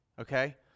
Okay